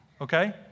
Okay